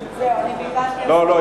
לא, לא.